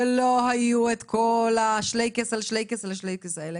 ולא היו בה כל השלייקעס על שלייקעס על שלייקעס האלה.